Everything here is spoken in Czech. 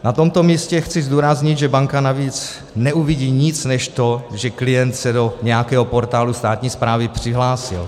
Na tomto místě chci zdůraznit, že banka navíc neuvidí nic než to, že klient se do nějakého portálu státní správy přihlásil.